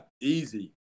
Easy